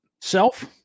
Self